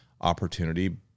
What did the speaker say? opportunity